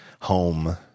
home